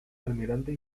almirante